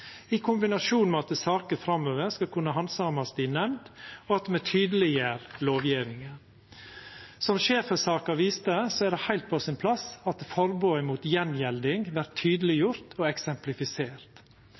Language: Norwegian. i kombinasjon med at saker framover skal kunna handsamast i nemnd, og at me tydeleggjer lovgjevinga. Som Schaefer-saka viste, er det heilt på sin plass at forbodet mot gjengjelding vert